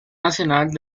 nacional